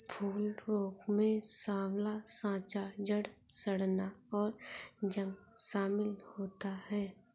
फूल रोग में साँवला साँचा, जड़ सड़ना, और जंग शमिल होता है